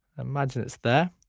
imagine it's there.